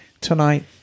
tonight